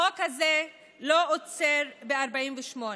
החוק הזה לא עוצר ב-48'.